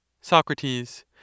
Socrates